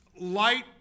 Light